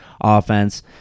offense